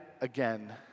again